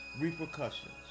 repercussions